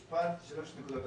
משפט, שלוש נקודות.